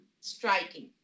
striking